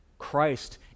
Christ